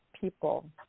people